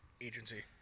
agency